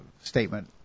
statement